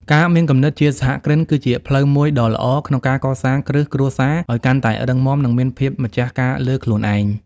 ការមានគំនិតជាសហគ្រិនគឺជាផ្លូវមួយដ៏ល្អក្នុងការកសាងគ្រឹះគ្រួសារឱ្យកាន់តែរឹងមាំ និងមានភាពម្ចាស់ការលើខ្លួនឯង។